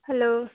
hello